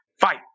fight